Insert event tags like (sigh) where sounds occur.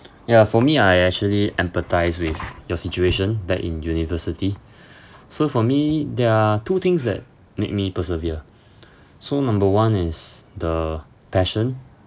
ya for me I actually empathize with your situation like in university (breath) so for me there are two things that make me persevere so number one is the passion